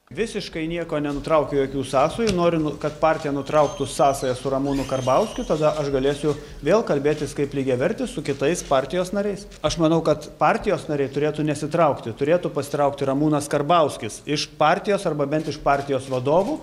visiškai nieko nenutraukiu jokių sąsajų noriu nu kad partija nutrauktų sąsajas su ramūnu karbauskiu tada aš galėsiu vėl kalbėtis kaip lygiavertis su kitais partijos nariais aš manau kad partijos nariai turėtų nesitraukti turėtų pasitraukti ramūnas karbauskis iš partijos arba bent iš partijos vadovų